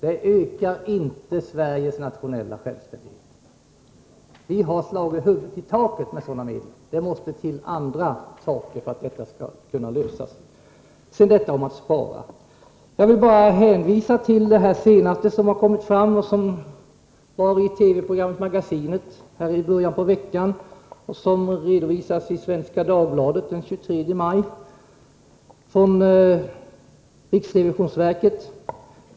Detta ökar inte Sveriges nationella självständighet. Vi har slagit huvudet i taket med sådana medel. Det måste till något annat för att man skall kunna lösa detta. När det gäller besparingsåtgärder vill jag bara hänvisa till det senaste som kommit fram — detta togs upp i TV-programmet Magasinet i början på veckan och redovisas också i Svenska Dagbladet den 23 maj — från riksrevisionsverket.